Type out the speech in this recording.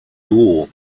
duo